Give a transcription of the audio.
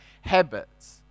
habits